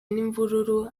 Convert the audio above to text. n’imvururu